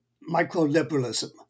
micro-liberalism